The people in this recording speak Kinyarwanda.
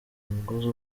umugozi